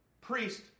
priest